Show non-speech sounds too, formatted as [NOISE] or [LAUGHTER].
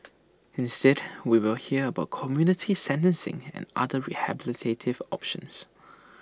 [NOISE] instead we will hear about community sentencing and other rehabilitative options